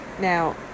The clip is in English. Now